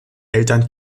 eltern